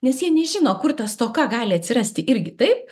nes jie nežino kur ta stoka gali atsirasti irgi taip